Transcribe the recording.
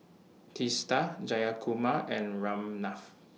Teesta Jayakumar and Ramnath